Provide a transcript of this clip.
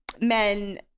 men